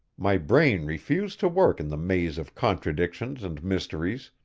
my brain refused to work in the maze of contradictions and mysteries,